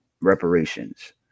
Reparations